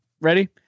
Ready